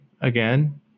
Again